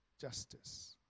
justice